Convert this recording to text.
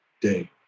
day